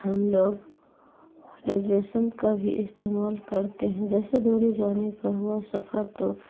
ہم لوگ ریجویشن کا بھی استعمال کرتے ہیں جیسے دوری جانے کا ہوا سفر تو